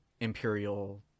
Imperial